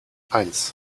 eins